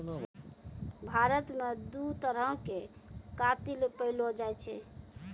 भारत मे दु तरहो के कातिल पैएलो जाय छै